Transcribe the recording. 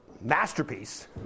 masterpiece